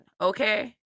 okay